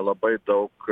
labai daug